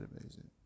amazing